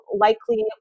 likely